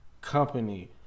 Company